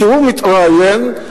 כשהוא מתראיין,